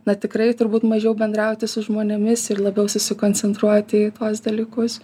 na tikrai turbūt mažiau bendrauti su žmonėmis ir labiau susikoncentruoti į tuos dalykus